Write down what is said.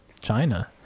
China